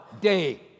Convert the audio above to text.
day